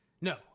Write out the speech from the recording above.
No